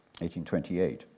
1828